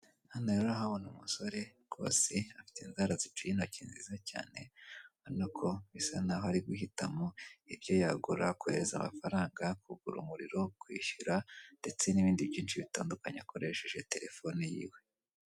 Hano rero urahabona umusore rwose afite inzara ziciye intoki nziza cyane, urabona ko asa naho ari guhitamo, ibyo yagura, kohereza amafaranga, kugura umuriro, kwishyura, ndetse n'ibindi byinshi bitandukanye akoresheje terefone yiwe.